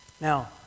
Now